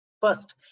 First